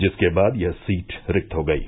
जिसके बाद यह सीट रिक्त हो गयी